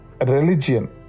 religion